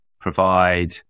provide